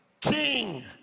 king